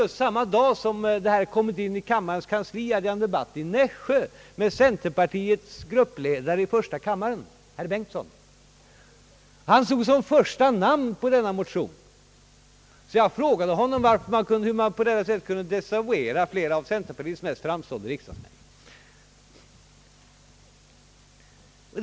Just samma dag som centermotionen hade kommit in till kammarens kansli hade jag en debatt i Nässjö med centerpartiets gruppledare i första kammaren, herr Bengtson. Han stod som första namn på centerns motion. Jag frågade honom hur man på detta sätt kunde desavouera flera av centerpartiets mest framträdande riksdagsmän.